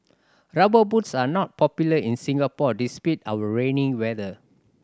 Rubber Boots are not popular in Singapore despite our rainy weather